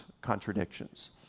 contradictions